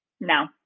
No